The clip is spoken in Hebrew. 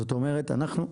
זאת אורמת, אנחנו,